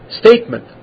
statement